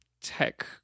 tech